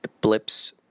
Blips